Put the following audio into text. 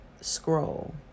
scroll